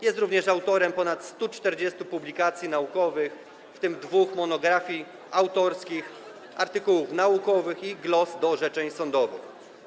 Jest również autorem ponad 140 publikacji naukowych, w tym dwóch monografii autorskich, artykułów naukowych i głos do orzeczeń sądowych.